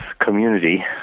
community